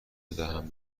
بدهم